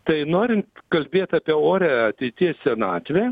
tai norint kalbėt apie orią ateities senatvę